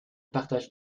partage